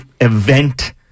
event